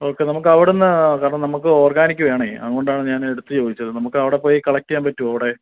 okay നമുക്ക് അവിടെ നിന്ന് കാരണം നമുക്ക് ഓർഗാനിക് വേണം അതുകൊണ്ടാണ് ഞാൻ എടുത്ത് ചോദിച്ചത് നമുക്ക് അവിടെ പോയി കളക്ട് ചെയ്യാൻ പറ്റുമോ അവിടെ